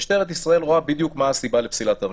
משטרת ישראל רואה בדיוק מה הסיבה לפסילת הרישיון.